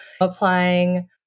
applying